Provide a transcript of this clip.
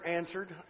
answered